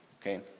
okay